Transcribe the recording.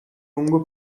lungo